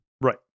Right